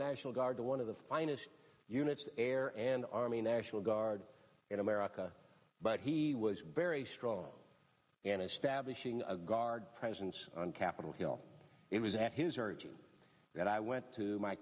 national guard to one of the finest units air and army national guard in america but he was very strong in establishing a guard presence on capitol hill it was at his urging that i went to my